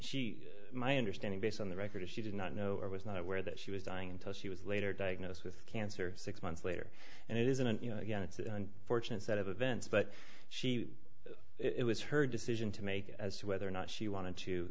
she my understanding based on the record is she did not know or was not aware that she was dying until she was later diagnosed with cancer six months later and it isn't you know again it's an unfortunate set of events but she it was her decision to make as to whether or not she wanted to